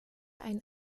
ein